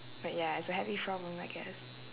but ya it's a happy problem I guess